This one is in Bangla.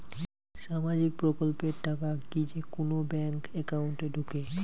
সামাজিক প্রকল্পের টাকা কি যে কুনো ব্যাংক একাউন্টে ঢুকে?